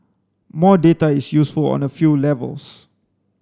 more data is useful on a few levels